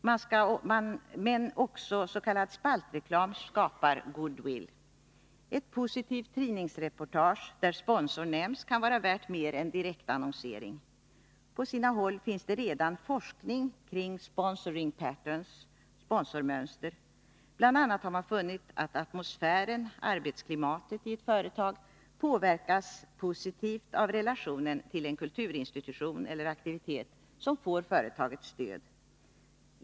Men också s.k. spaltreklam skapar goodwill: ett positivt tidningsreportage, där sponsorn nämns, kan vara värt mer än direkt annonsering. På sina håll finns det redan forskning kring sponsoring patterns, sponsormönster. Bl. a. har man funnit att atmosfären, arbetsklimatet, i ett företag påverkas positivt av relationen till en kulturinstitution eller aktivitet som får företagets stöd.